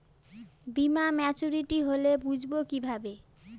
বীমা মাচুরিটি হলে বুঝবো কিভাবে?